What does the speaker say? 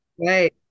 Right